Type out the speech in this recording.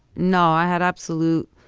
no, i had absolute.